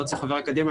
לא צריך חבר אקדמיה,